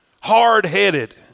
Hard-headed